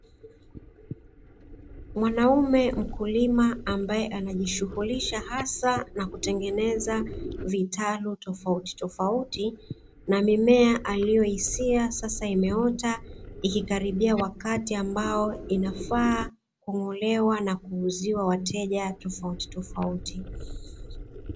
Mwanaume mkulima ambaye anajishughulisha hasa na kutengeneza vitalu tofautitofauti, na mimea aliyoisia sasa imeota ikikaribia wakati ambao inafaa kung'olewa na kuuziwa wateja tofautitofauti.